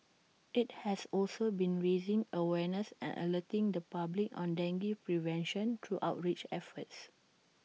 IT has also been raising awareness and alerting the public on dengue prevention through outreach efforts